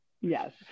Yes